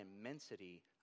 immensity